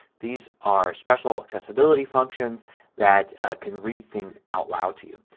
these are special accessibility functions that can read things out loud to you.